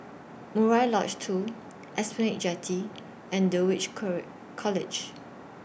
Murai Lodge two Esplanade Jetty and Dulwich College